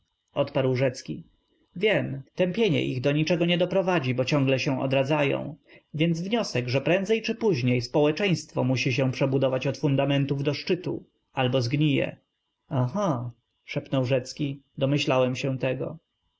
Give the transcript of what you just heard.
odparł rzecki wiem tępienie ich do niczego nie doprowadzi bo ciągle się odradzają więc wniosek że prędzej czy później społeczeństwo musi się przebudować od fundamentów do szczytu albo zgnije aha szepnął rzecki domyślałem się tego